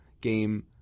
game